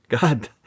god